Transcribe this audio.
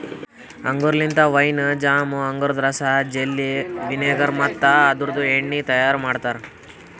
ಅಂಗೂರ್ ಲಿಂತ wine, jam, ಅಂಗೂರದ ರಸ, ಜೆಲ್ಲಿ, ವಿನೆಗರ್ ಮತ್ತ ಅದುರ್ದು ಎಣ್ಣಿ ತೈಯಾರ್ ಮಾಡ್ತಾರ